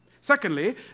Secondly